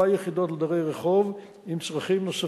יחידות לדרי רחוב עם צרכים נוספים.